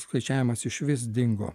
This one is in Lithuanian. skaičiavimas išvis dingo